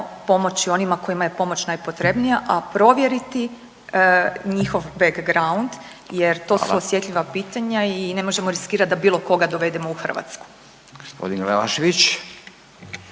pomoći onima kojima je pomoć najpotrebnija, a provjeriti njihov background jer to su …/Upadica: Hvala./… osjetljiva pitanja i ne možemo riskirati da bilo koga dovedemo u Hrvatsku.